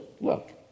Look